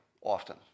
often